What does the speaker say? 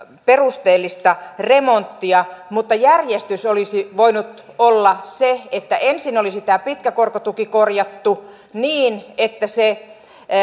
perusteellista remonttia mutta järjestys olisi voinut olla se että ensin olisi tämä pitkä korkotuki korjattu niin että se